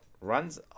runs